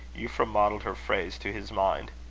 euphra modelled her phrase to his mind.